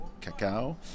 cacao